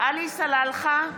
עלי סלאלחה,